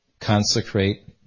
consecrate